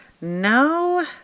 No